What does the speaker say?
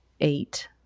eight